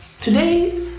Today